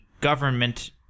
government